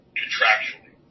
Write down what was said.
contractually